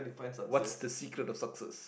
what's the secret of success